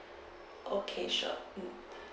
okay sure mm